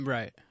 Right